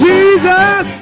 Jesus